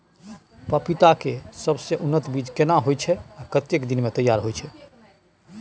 पपीता के सबसे उन्नत बीज केना होयत छै, आ कतेक दिन में तैयार होयत छै?